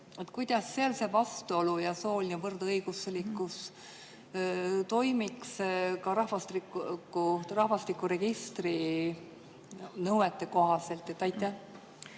Kuidas seal see vastuolu ja sooline võrdõiguslikkus toimiks ka rahvastikuregistri nõuete kohaselt?